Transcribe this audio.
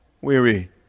Weary